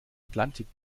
atlantik